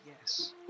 Yes